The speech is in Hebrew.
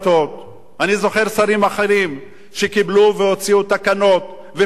אני זוכר שרים אחרים שקיבלו והוציאו תקנות ופתרו בעיות.